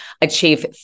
achieve